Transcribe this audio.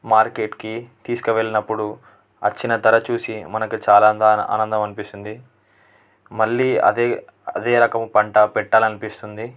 మార్కెట్కి తీసుకువెళ్ళినప్పుడు వచ్చిన ధర చూసి మనకు చాలా అంద ఆనందం అనిపిస్తుంది మళ్ళీ అదే అదే రకం పంట పెట్టాలనిపిస్తుంది